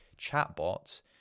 chatbot